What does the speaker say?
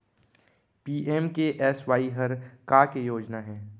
PMKSY हर का के योजना हे?